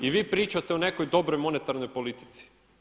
I vi pričate o nekoj dobroj monetarnoj politici.